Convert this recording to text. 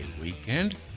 weekend